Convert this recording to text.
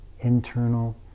internal